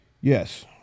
yes